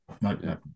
no